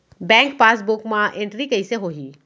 Bank passbook मा entry कइसे होही?